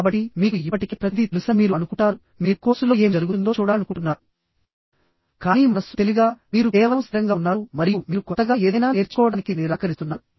కాబట్టి మీకు ఇప్పటికే ప్రతిదీ తెలుసని మీరు అనుకుంటారు మీరు కోర్సు లో ఏమి జరుగుతుందో చూడాలనుకుంటున్నారు కానీ మనస్సు తెలివిగా మీరు కేవలం స్థిరంగా ఉన్నారు మరియు మీరు కొత్తగా ఏదైనా నేర్చుకోవడానికి నిరాకరిస్తున్నారు